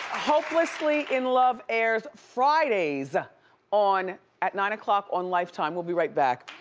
hopelessly in love airs fridays on, at nine o'clock on lifetime. we'll be right back.